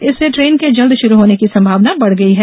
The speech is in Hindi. इससे ट्रेन के जल्द शुरू होने की संभावना बढ़ गई है